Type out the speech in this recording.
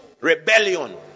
Rebellion